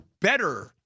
better